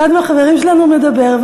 אחד מהחברים שלנו מדבר,